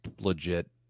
legit